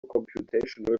computational